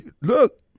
Look